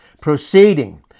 Proceeding